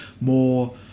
more